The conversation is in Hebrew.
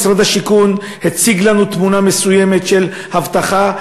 משרד השיכון הציג לנו תמונה מסוימת של אבטחה,